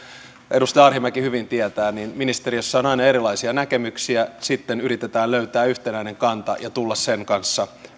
edustaja arhinmäki hyvin tietää ministeriössä on aina erilaisia näkemyksiä sitten yritetään löytää yhtenäinen kanta ja tulla sen kanssa